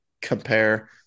compare